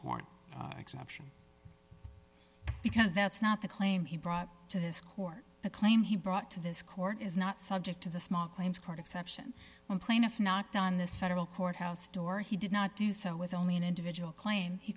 court exception because that's not the claim he brought to this court the claim he brought to this court is not subject to the small claims court exception when plaintiff knocked on this federal courthouse door he did not do so with only an individual claim he